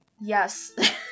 Yes